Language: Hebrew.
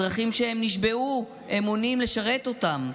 אזרחים שנשבעו אמונים לשרת אותם,